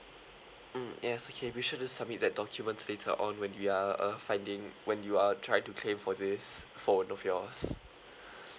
mm yes okay be sure to submit that document later on when we are uh finding when you are trying to claim for this phone of yours